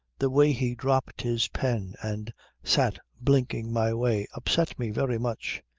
the way he dropped his pen and sat blinking my way upset me very much.